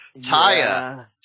Taya